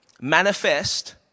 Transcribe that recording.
manifest